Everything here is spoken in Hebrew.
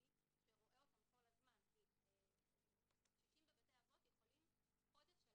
מסיבי לעומת בתי חולים, הוא גם לא מטושטש,